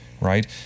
right